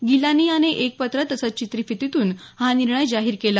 गिलानी याने एक पत्र तसंच चित्रफितीतून हा निर्णय जाहीर केला